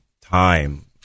time